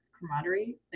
camaraderie